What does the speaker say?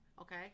okay